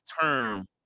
term